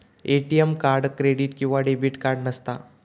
ATM card credit किंवा debit card नसता